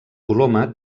coloma